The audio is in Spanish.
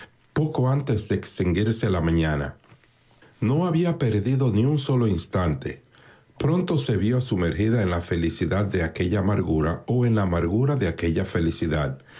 poco antes de extinguirse la mañana no había perdido ni un solo instante pronto se vió sumergida en la felicidad de aquella amargura o en la amargura de aquella felicidad